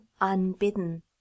unbidden